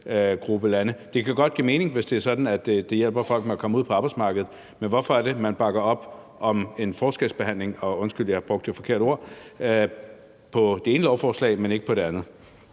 Det kan godt give mening, hvis det er sådan, at det hjælper folk med at komme ud på arbejdsmarkedet, men hvorfor er det, at man bakker op om en forskelsbehandling – og undskyld, at jeg brugte det